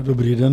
Dobrý den.